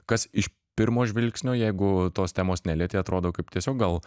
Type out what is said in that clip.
kas iš pirmo žvilgsnio jeigu tos temos nelietei atrodo kaip tiesiog gal